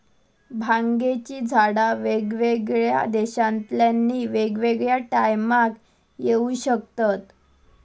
भांगेची झाडा वेगवेगळ्या देशांतल्यानी वेगवेगळ्या टायमाक येऊ शकतत